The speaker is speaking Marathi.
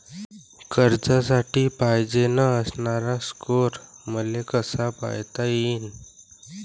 कर्जासाठी पायजेन असणारा स्कोर मले कसा पायता येईन?